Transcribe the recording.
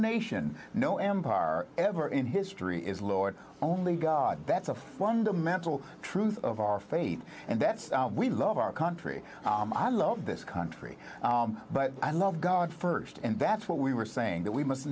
nation no empire are ever in history is lord only god that's a fundamental truth of our faith and that we love our country i love this country but i love god first and that's what we were saying that we must